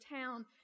town